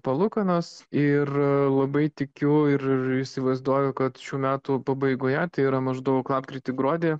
palūkanas ir labai tikiu ir įsivaizduoju kad šių metų pabaigoje tai yra maždaug lapkritį gruodį